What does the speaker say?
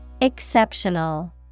Exceptional